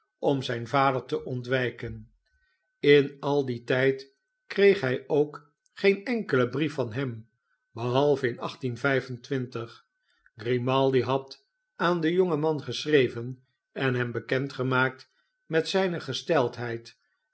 om zijn vader te ontwijken in al dien tijd kreeg hij ook geen enkelen brief van hem behalve in grimaldi had aan den jongen man geschreven en hem bekend gemaakt met zijne gesteldheid